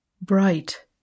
Bright